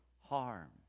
harm